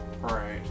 Right